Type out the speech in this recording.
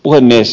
puhemies